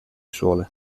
sole